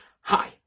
Hi